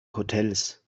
hotels